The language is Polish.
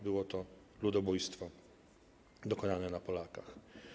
Było to ludobójstwo dokonane na Polakach.